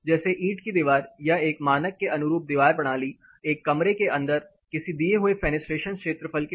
जैसे ईंट की दीवार या एक मानक के अनुरूप दीवार प्रणाली एक कमरे के अंदर किसी दिए हुए फेनेस्ट्रेशन क्षेत्रफल के साथ